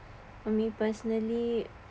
for me personally